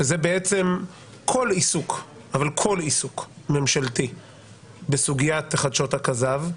שזה כל עיסוק אבל כל עיסוק ממשלתי בסוגית חדשות הכזב.